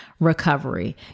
Recovery